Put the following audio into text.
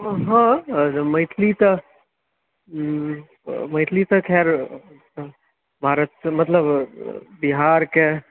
हँ मैथिली तऽ मैथिली तऽ खैर भारतके मतलब बिहारके